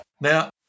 Now